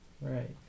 Right